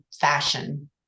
fashion